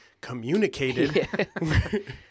communicated